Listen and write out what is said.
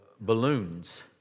balloons